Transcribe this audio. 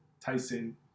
Tyson